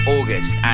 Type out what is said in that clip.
August